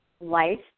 life